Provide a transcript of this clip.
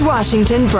Washington